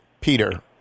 Peter